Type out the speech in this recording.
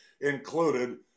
included